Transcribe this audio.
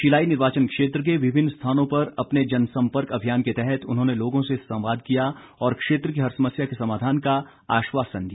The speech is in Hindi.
शिलाई निर्वाचन क्षेत्र के विभिन्न स्थानों पर अपने जनसम्पर्क अभियान के तहत उन्होंने लोगों से संवाद किया और क्षेत्र की हर समस्या के समाधान का आश्वासन दिया